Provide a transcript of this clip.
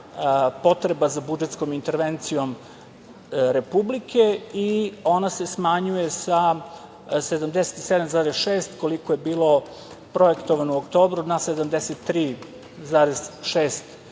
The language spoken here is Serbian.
potreba za budžetskom intervencijom Republike i ona se smanjuje sa 77,6, koliko je bilo projektovano u oktobru, na 73,6